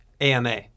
AMA